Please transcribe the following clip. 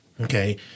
Okay